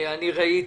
שאני ראיתי,